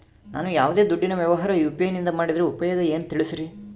ನಾವು ಯಾವ್ದೇ ದುಡ್ಡಿನ ವ್ಯವಹಾರ ಯು.ಪಿ.ಐ ನಿಂದ ಮಾಡಿದ್ರೆ ಉಪಯೋಗ ಏನು ತಿಳಿಸ್ರಿ?